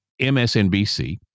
MSNBC